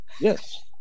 Yes